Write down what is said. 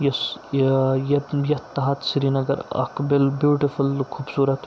یُس یہِ یَتھ تحَت سرینَگر اَکھ بِل بیوٗٹِفُل خوٗبصوٗرت